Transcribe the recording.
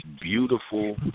beautiful